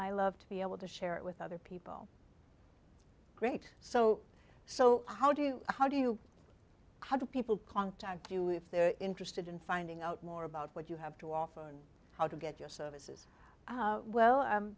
i love to be able to share it with other people great so so how do you how do you how do people contact you if they're interested in finding out more about what you have to offer and how to get your services well